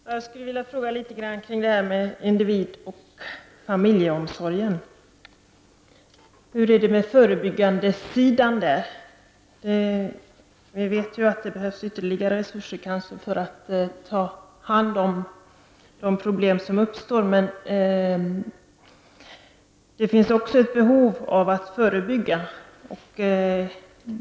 Herr talman! Jag vill ställa några frågor kring individ och familjeomsorgen. Hur är det med det förebyggande arbetet? Vi vet att det behövs ytterligare resurser för att kunna ta hand om de problem som uppstår. Men det finns ett behov av förebyggande arbete.